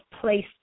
place